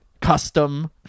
Custom